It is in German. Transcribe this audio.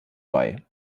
bei